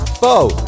Bo